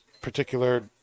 particular